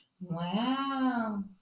Wow